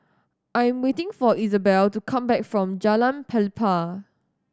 I'm waiting for Isabelle to come back from Jalan Pelepah